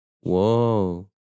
Whoa